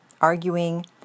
arguing